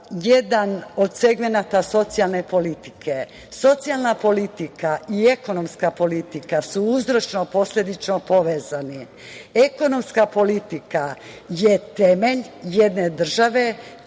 jedan od segmenata socijalne politike. Socijalna politika i ekonomska politika su uzročno posledično povezane. Ekonomska politika je temelj jedne države.